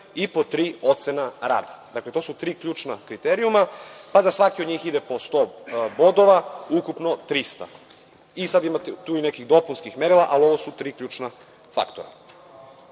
i pod tri, ocena rada. Dakle, to su tri ključna kriterijuma, pa za svaki od njih ide po 100 bodova, ukupno 300. Tu sada imate nekih dopunskih merila, ali ovo su tri ključna faktora. Ovde